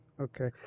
Okay